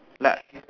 like